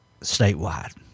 statewide